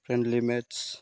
friendly match